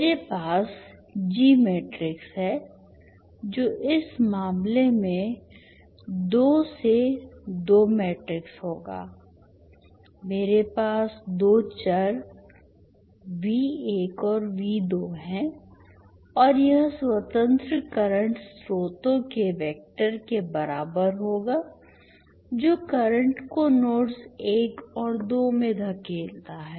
मेरे पास G matrix है जो इस मामले में 2 से 2 मैट्रिक्स होगा मेरे पास दो चर V1 और V2 हैं और यह स्वतंत्र करंट स्रोतों के वेक्टर के बराबर होगा जो करंट को नोड्स 1 और 2 में धकेलता है